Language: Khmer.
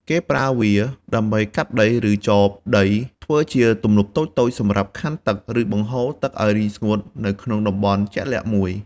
គេប្រើវាដើម្បីកាប់ដី ឬចបដីធ្វើជាទំនប់តូចៗសម្រាប់ខណ្ឌទឹក ឬបង្ហូរទឹកឲ្យរីងស្ងួតនៅក្នុងតំបន់ជាក់លាក់មួយ។